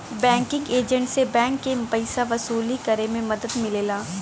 banking agent से bank के पइसा वसूली करे में मदद मिलेला